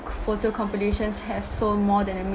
photo compilations have sold more than a